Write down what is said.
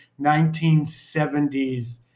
1970s